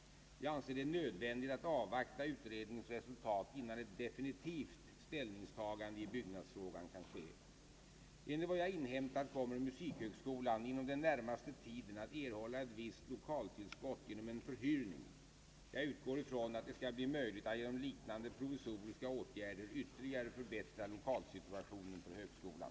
Jag anser det nödvändigt att avvakta utredningens resultat innan ett definitivt ställningstagande i byggnadsfrågan kan ske. Enligt vad jag inhämtat kommer musikhögskolan inom den närmaste tiden att erhålla ett visst lokaltillskott genom en förhyrning. Jag utgår ifrån att det skall bli möjligt att genom liknande provisoriska åtgär der ytterligare förbättra lokalsituationen för högskolan.